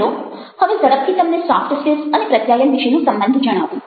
ચાલો હવે ઝડપથી તમને સોફ્ટ સ્કિલ્સ અને પ્રત્યાયન વિશેનો સંબંધ જણાવું